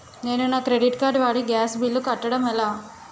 నేను నా credit card వాడి గ్యాస్ బిల్లు కట్టడం ఎలా?